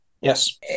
Yes